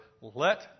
let